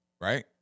right